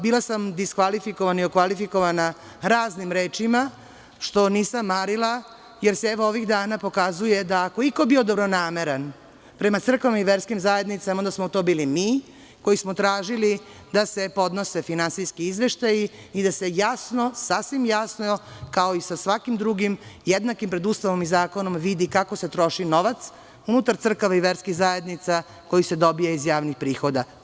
Bila sam diskvalifikovana i okvalifikovana raznim rečima, što nisam marila jer se, evo, ovih dana pokazuje da ako je iko bio dobronameran prema crkvama i verskim zajednicama, onda smo to bili mi koji smo tražili da se podnose finansijski izveštaji i da se jasno, sasvim jasno, kao i sa svakim drugim, jednakim pred Ustavom i zakonom, vidi kako se troši novac unutar crkava i verskih zajednica, koji se dobija iz javnih prihoda.